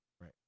right